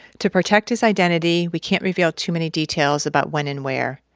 to protect his identity, we can't reveal too many details about when and where,